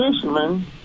fisherman